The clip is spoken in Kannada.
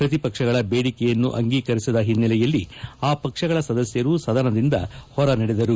ಪ್ರತಿಪಕ್ಷಗಳ ಬೇಡಿಕೆಯನ್ನು ಅಂಗೀಕರಿಸದ ಹಿನ್ನೆಲೆಯಲ್ಲಿ ಆ ಪಕ್ಷಗಳ ಸದಸ್ಯರು ಸದನದಿಂದ ಹೊರ ನಡೆದರು